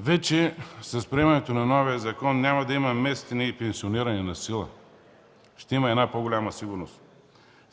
МВР. С приемането на новия закон няма да има местене и пенсиониране насила. Ще има по-голяма сигурност.